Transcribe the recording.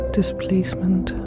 Displacement